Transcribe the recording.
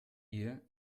ihr